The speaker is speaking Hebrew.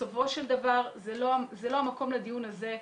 בסופו של דבר זה לא המקום לדיון הזה,